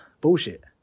Bullshit